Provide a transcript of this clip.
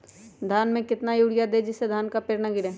धान में कितना यूरिया दे जिससे धान का पेड़ ना गिरे?